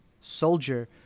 soldier